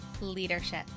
leadership